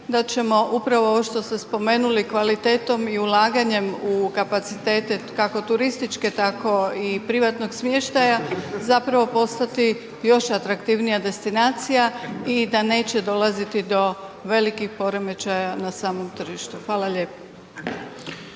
da ćemo upravo ovo što ste spomenuli, kvalitetom i ulaganjem u kapacitete, kako turističke, tako i privatnog smještaja, zapravo postati još atraktivnija destinacija i da neće dolaziti do velikih poremećaja na samom tržištu. Hvala lijepo.